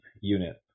unit